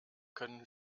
können